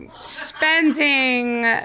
spending